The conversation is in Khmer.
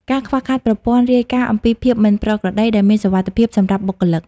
ការខ្វះខាតប្រព័ន្ធ "រាយការណ៍អំពីភាពមិនប្រក្រតី"ដែលមានសុវត្ថិភាពសម្រាប់បុគ្គលិក។